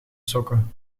sokken